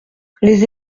les